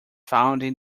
founding